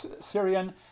Syrian